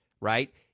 right